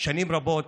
שנים רבות.